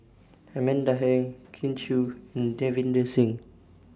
Amanda Heng Kin Chui and Davinder Singh